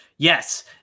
Yes